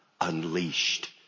unleashed